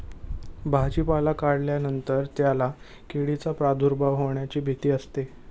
भाजीपाला काढल्यानंतर त्याला किडींचा प्रादुर्भाव होण्याची भीती असते